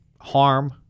harm